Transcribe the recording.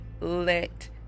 let